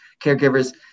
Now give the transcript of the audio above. caregivers